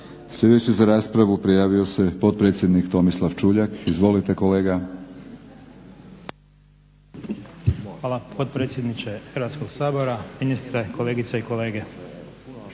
Sljedeći za raspravu prijavio se potpredsjednik Tomislav Čuljak. Izvolite kolega. **Čuljak, Tomislav (HDZ)** Hvala potpredsjedniče Hrvatskog sabora, ministre, kolegice i kolege. U